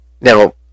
now